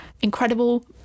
incredible